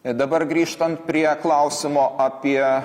dabar grįžtant prie klausimo apie